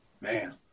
Man